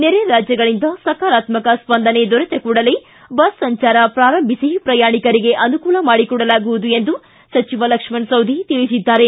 ನೆರೆ ರಾಜ್ಯಗಳಿಂದ ಸಕಾರಾತ್ಮಕ ಸ್ವಂದನೆ ದೊರೆತ ಕೂಡಲೇ ಬಸ್ ಸಂಚಾರ ಪ್ರಾರಂಭಿಸಿ ಪ್ರಯಾಣಿಕರಿಗೆ ಅನುಕೂಲ ಮಾಡಿಕೊಡಲಾಗುವುದು ಎಂದು ಸಚಿವ ಲಕ್ಷ್ಮಣ ಸವದಿ ಹೇಳಿದ್ದಾರೆ